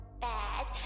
bad